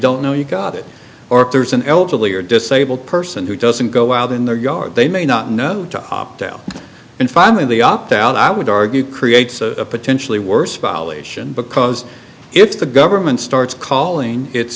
know you got it or if there's an elderly or disabled person who doesn't go out in their yard they may not know to opt out and finally the opt out i would argue creates a potentially worse politician because if the government starts calling its